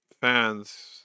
fans